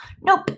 Nope